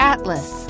Atlas